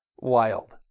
Wild